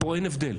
פה אין הבדל,